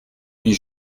puis